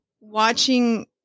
watching